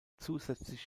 zusätzlich